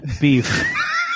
beef